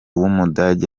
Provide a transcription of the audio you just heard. w’umudage